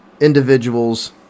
individuals